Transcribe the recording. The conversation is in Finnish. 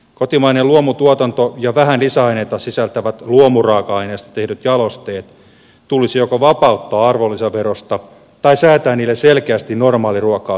kotimainen luomutuotanto ja vähän lisäaineita sisältävät luomuraaka aineista tehdyt jalosteet tulisi joko vapauttaa arvonlisäverosta tai säätää niille selkeästi normaaliruokaa pienempi arvonlisävero